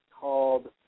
called